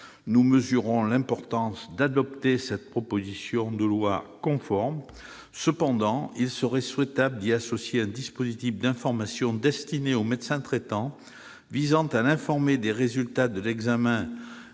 Nous mesurons l'importance d'adopter cette proposition de loi conforme. Cependant, il serait souhaitable d'y associer un dispositif d'information destiné au médecin traitant, visant à l'informer des résultats de l'examen